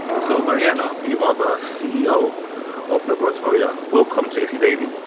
so mariana, you are the ceo of laboratoria. welcome to se daily.